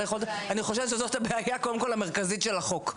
אני חושבת קודם כול שזאת הבעיה המרכזית של החוק.